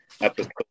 episode